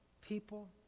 people